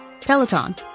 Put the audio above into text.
Peloton